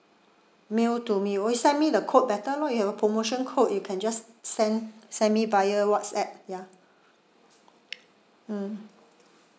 mail to me oh you send me the code better lah you have a promotion code you can just send send me via whatsapp ya mm